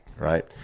right